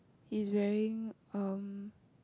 is wearing um